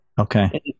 Okay